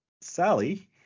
Sally